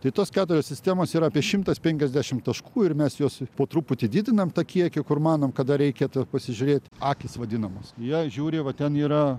tai tos keturios sistemos yra apie šimtas penkiasdešimt taškų ir mes juos po truputį didinam to kiekio kur manom kad reikia dar pasižiūrėti akys vadinamos jei žiūri va ten yra